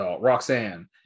Roxanne